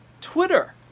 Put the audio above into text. Twitter